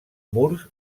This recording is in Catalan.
murs